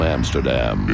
Amsterdam